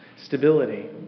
Stability